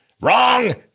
Wrong